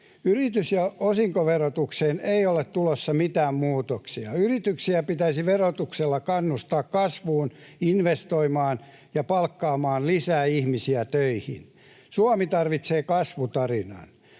Yritys- ja osinkoverotukseen ei ole tulossa mitään muutoksia. Yrityksiä pitäisi verotuksella kannustaa kasvuun, investoimaan ja palkkaamaan lisää ihmisiä töihin. Suomi tarvitsee kasvutarinan.